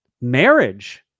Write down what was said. marriage